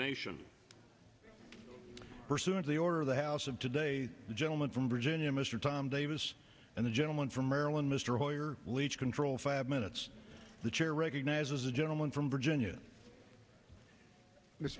nation pursuant to the order of the house of today the gentleman from virginia mr tom davis and the gentleman from maryland mr hoyer leach control five minutes the chair recognizes a gentleman from virginia this